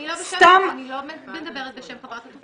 אני לא מדברת בשם חברת התרופות.